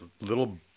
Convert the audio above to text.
little